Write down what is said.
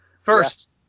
First